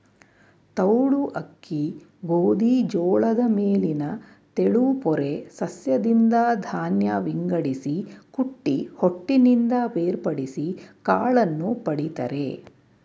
ತೌಡು ಅಕ್ಕಿ ಗೋಧಿ ಜೋಳದ ಮೇಲಿನ ತೆಳುಪೊರೆ ಸಸ್ಯದಿಂದ ಧಾನ್ಯ ವಿಂಗಡಿಸಿ ಕುಟ್ಟಿ ಹೊಟ್ಟಿನಿಂದ ಬೇರ್ಪಡಿಸಿ ಕಾಳನ್ನು ಪಡಿತರೆ